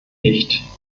nicht